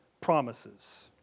promises